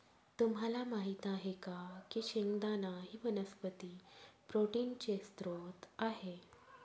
तुम्हाला माहित आहे का की शेंगदाणा ही वनस्पती प्रोटीनचे स्त्रोत आहे